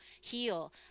heal